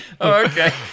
Okay